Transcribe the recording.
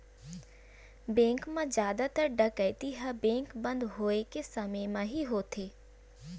bank म जादातर डकैती ह बेंक बंद होए के समे म ही होथे